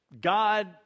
God